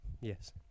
Yes